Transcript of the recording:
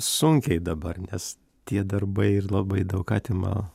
sunkiai dabar nes tie darbai ir labai daug atima